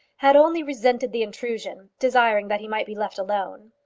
had only resented the intrusion, desiring that he might be left alone.